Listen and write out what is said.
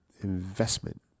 investment